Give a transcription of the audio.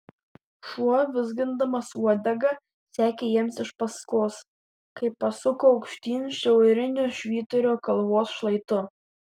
šuo vizgindamas uodega sekė jiems iš paskos kai pasuko aukštyn šiauriniu švyturio kalvos šlaitu